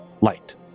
light